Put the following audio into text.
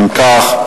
אם כך,